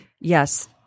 Yes